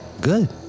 good